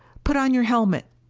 put on your helmet!